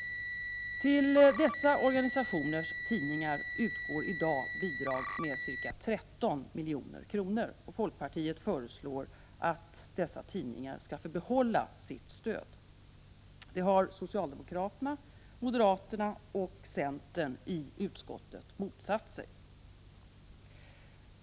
Till dessa organisationers tidningar utgår i dag bidrag med ca 13 milj.kr. Folkpartiet föreslår att dessa tidningar skall få behålla sitt stöd. Detta har socialdemokraterna, moderaterna och centerpartisterna i utskottet motsatt sig.